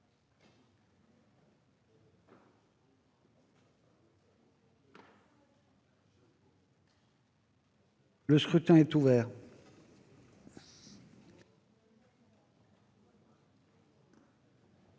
Le scrutin est ouvert.